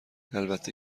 البته